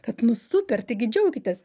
kad nu super taigi džiaukitės